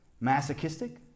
masochistic